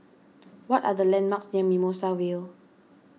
what are the landmarks near Mimosa Vale